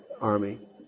army